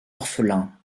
orphelin